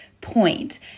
point